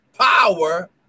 power